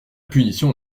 punition